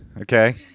Okay